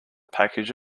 package